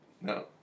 No